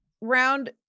round